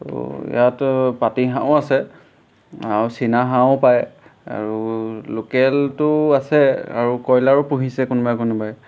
আৰু ইয়াত পাতি হাঁহো আছে আৰু চিনা হাঁহো পায় আৰু লোকেলটো আছে আৰু কয়লাৰো পুহিছে কোনোবাই কোনোবাই